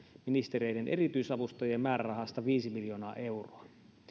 ministereiden erityisavustajien määrärahasta viisi miljoonaa euroa